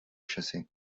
chasser